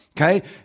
okay